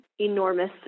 enormous